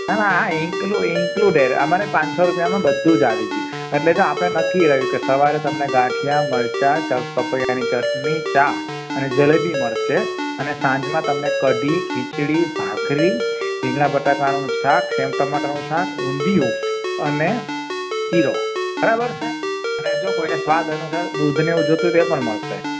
ના ના આ ઇન્કલું ઇન્ક્લુંડેડ અમારે પાંચસો રૂપિયામાં બધું જ આવી ગયું એટલે આપણે નક્કી રહ્યું કે સવારે તમને ગાંઠિયા મરચાં ચ પપૈયાની ચટણી ચા અને જલેબી મળશે અને સાંજમાં તમને કઢી ખીચડી ભાખરી રીંગણા બટાકાનું શાક સેવ ટામેટાંનું શાક ઊંધિયું અને શીરો બરાબર છે અને જો કોઈને સ્વાદ અનુસાર દૂધને એવું જોઇતું હશે તો એ પણ મળશે